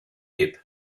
hip